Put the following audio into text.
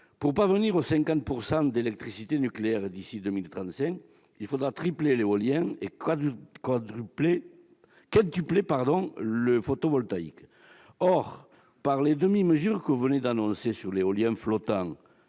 pour parvenir aux 50 % d'électricité nucléaire d'ici à 2035, il faudra tripler l'éolien et quintupler le photovoltaïque. Or, par les demi-mesures que vous venez d'annoncer sur l'éolien flottant,